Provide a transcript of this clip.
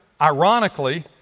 ironically